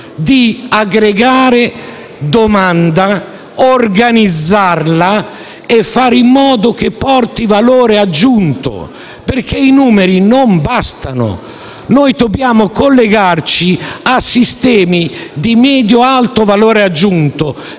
di aggregare domanda, organizzarla in modo da portare valore aggiunto, perché i numeri non bastano. Dobbiamo collegarci a sistemi di medio-alto valore aggiunto